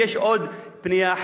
ויש עוד פנייה אחרת.